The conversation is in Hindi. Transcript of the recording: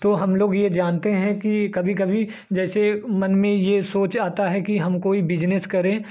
तो हम लोग ये जानते हैं कि कभी कभी जैसे मन में ये सोच आता है कि हम कोई बिजनेस करें